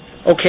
Okay